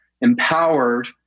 empowered